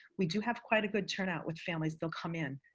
we do have quite a good turnout with families that'll come in.